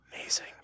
Amazing